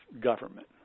government